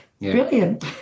brilliant